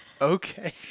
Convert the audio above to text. okay